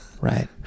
Right